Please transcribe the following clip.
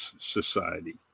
Society